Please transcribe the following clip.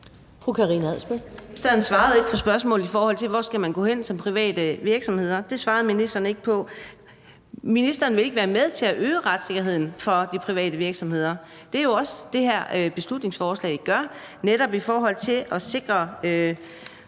Ministeren svarede ikke på spørgsmålet om, hvor man skal gå hen som private virksomheder. Det svarede ministeren ikke på. Ministeren vil ikke være med til at øge retssikkerheden for de private virksomheder. Det er jo også det, det her beslutningsforslag gør, netop i forhold til at sikre